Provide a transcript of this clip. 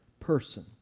Person